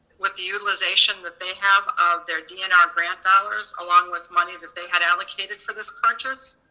with the utilization that they have of their dnr grant dollars, along with money that they had allocated for this purchase,